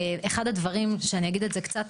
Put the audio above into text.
אחד הדברים, שאני אגיד את זה קצת